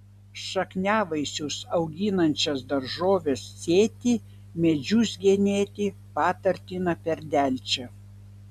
šakniavaisius auginančias daržoves sėti medžius genėti patartina per delčią